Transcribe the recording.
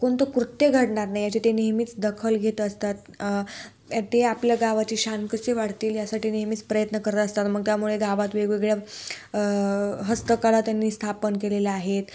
कोणतं कृत्य घडणार नाही याचे ते नेहमीच दखल घेत असतात ते आपल्या गावाची शान कशी वाढतील यासाठी नेहमीच प्रयत्न करत असतात मग त्यामुळे गावात वेगवेगळ्या हस्तकला त्यांनी स्थापन केलेल्या आहेत